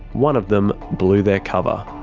one of them blew their cover.